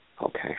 Okay